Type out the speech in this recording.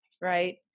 Right